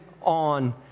on